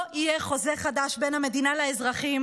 לא יהיה חוזה חדש בין המדינה לאזרחים